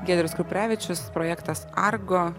giedrius kuprevičius projektas argo